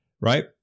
right